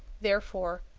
therefore,